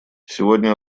сегодня